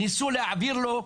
ניסו להעביר לו,